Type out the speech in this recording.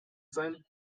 sein